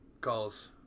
calls